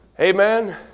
Amen